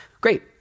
Great